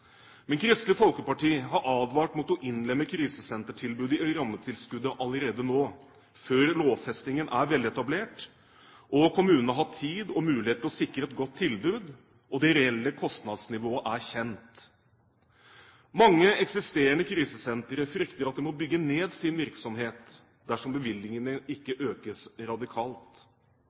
Men Kristelig Folkeparti har advart mot å innlemme krisesentertilbudet i rammetilskuddet allerede nå, før lovfestingen er veletablert og kommunene har hatt tid og mulighet til å sikre et godt tilbud og det reelle kostnadsnivået er kjent. Mange eksisterende krisesentre frykter at de må bygge ned sin virksomhet, dersom bevilgningene ikke økes radikalt.